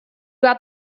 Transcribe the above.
got